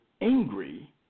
angry